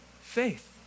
faith